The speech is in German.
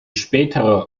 spätere